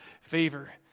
favor